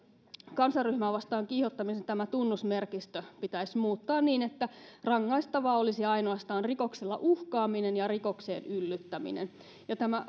kansanryhmää vastaan kiihottamisen tunnusmerkistö pitäisi muuttaa niin että rangaistavaa olisi ainoastaan rikoksella uhkaaminen ja rikokseen yllyttäminen eikä tämä